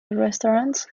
restaurants